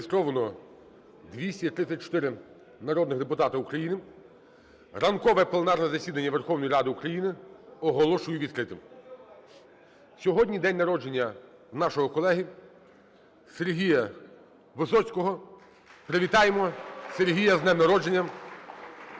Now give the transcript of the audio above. Зареєстровано 234 народних депутати України. Ранкове пленарне засідання Верховної Ради України оголошую відкритим. Сьогодні день народження у нашого колеги Сергія Висоцького. Привітаємо Сергія з днем народження!